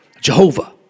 Jehovah